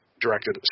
directed